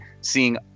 seeing